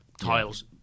tiles